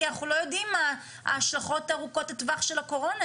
כי אנחנו לא יודעים מה ההשלכות ארוכות הטווח של הקורונה,